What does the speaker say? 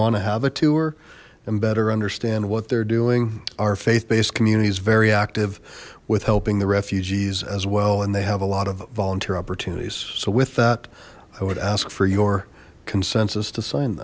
want to have a tour and better understand what they're doing our faith based community is very active with helping the refugees as well and they have a lot of volunteer opportunities so with that i would ask for your consensus to s